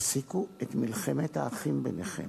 תפסיקו את מלחמת האחים ביניכם.